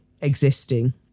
existing